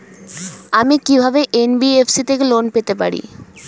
আমি কি কিভাবে এন.বি.এফ.সি থেকে লোন পেতে পারি?